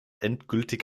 endgültig